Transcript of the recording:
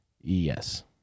Yes